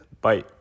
Bye